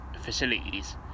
facilities